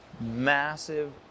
massive